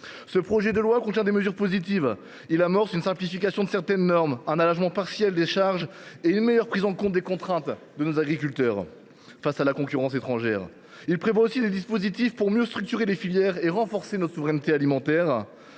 Ce projet de loi contient des mesures positives. Il amorce une simplification de certaines normes, un allégement partiel des charges et une meilleure prise en compte des contraintes de nos agriculteurs face à la concurrence étrangère. Il prévoit aussi des dispositifs pour mieux structurer les filières et renforcer notre souveraineté alimentaire.